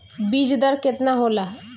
बीज दर केतना होला?